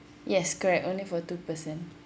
yes correct only for two person